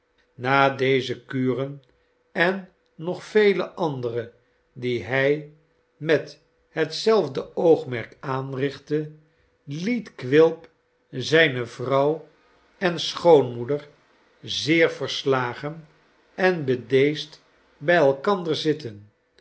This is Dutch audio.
na deze kuren en nog vele andere die hij met hetzelfde oogmerk aanrichtte liet quilp zijne vrouw en schoonmoeder zeer verslagen en bedeesdbij elkander zitten